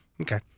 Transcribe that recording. Okay